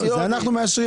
אנחנו מאשרים